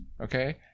okay